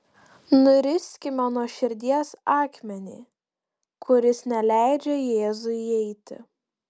nuriskime nuo širdies akmenį kuris neleidžia jėzui įeiti